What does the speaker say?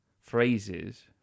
phrases